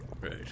Right